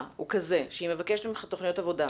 הוא כזה שהיא מבקשת ממך תוכניות עבודה,